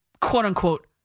quote-unquote